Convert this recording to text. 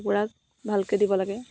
কুকুৰাক ভালকৈ দিব লাগে